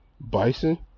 Bison